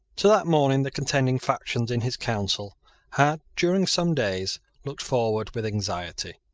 to that morning the contending factions in his council had, during some days, looked forward with anxiety.